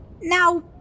Now